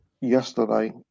yesterday